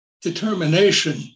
determination